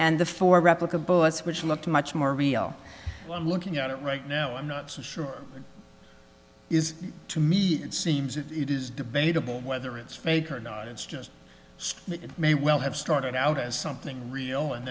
and the four replica bullets which looked much more real when looking at it right now i'm not so sure is to me it seems that it is debatable whether it's fake or not it's just may well have started out as something real and